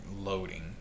loading